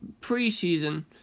preseason